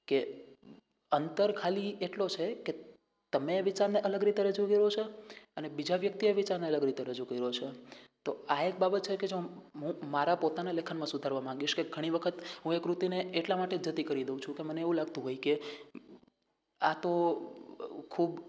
કે અંતર ખાલી એટલું છે કે તમે એ વિચારને અલગ રીતે રજૂ કરો છો અને બીજા વ્યક્તિએ વિચારને અલગ રીતે રજૂ કર્યો છે તો આ એક બાબત છેકે જો મારા પોતાના લેખનમાં સુધારવા માંગીશ કે ઘણી વખત હું એ કૃતિને એટલા માટે જ જતી કરી દઉ છું કે મને એવું લાગતું હોય કે આ તો ખૂબ